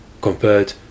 compared